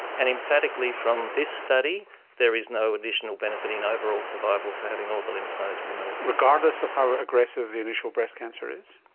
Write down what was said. and emphatically from this study there is no additional benefit in overall survival for having all the lymph nodes removed. regardless of how aggressive the initial breast cancer is?